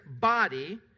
body